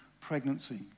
pregnancy